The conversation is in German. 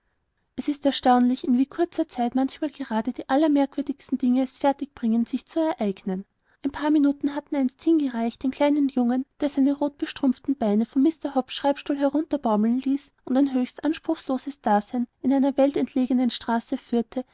es ist erstaunlich in wie kurzer zeit manchmal gerade die allermerkwürdigsten dinge es fertig bringen sich zu ereignen ein paar minuten hatten einst hingereicht den kleinen jungen der seine rotbestrumpften beine von mr hobbs schreibstuhl herunterbaumeln ließ und ein höchst anspruchsloses dasein in einer weltentlegenen straße führte